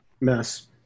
mess